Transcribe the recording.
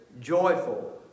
joyful